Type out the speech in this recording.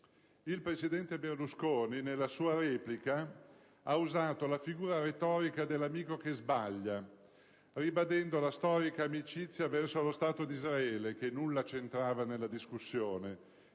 Il presidente Berlusconi nella sua replica ha usato la figura retorica dell'amico che sbaglia, ribadendo la storica amicizia verso lo Stato di Israele, che nulla c'entrava con la discussione.